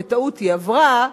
בטעות היא עברה.